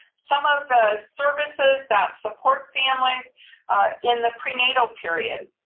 some of the services that support families in the prenatal period,